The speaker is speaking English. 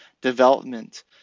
development